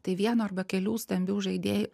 tai vieno arba kelių stambių žaidėj